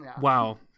Wow